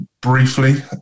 briefly